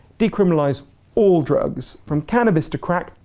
decriminalise all drugs, from cannabis to crack,